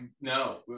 No